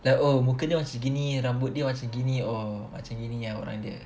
like oh muka dia macam gini rambut dia macam gini oh macam gini ah orang dia